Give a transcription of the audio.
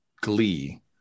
glee